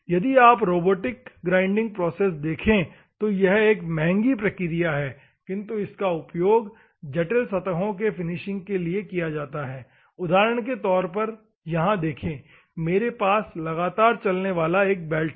यदि आप robotic grinding process देखे तो यह एक महंगी प्रक्रिया है किन्तु इसका उपयोग जटिल सतहों के फिनिशिंग के लिए किया जाता है उदाहरण के लिए यहां देखे मेरे पास लगातार चलने वाली बेल्ट है